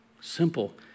simple